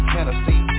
Tennessee